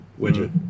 widget